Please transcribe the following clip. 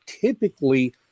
Typically